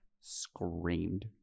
screamed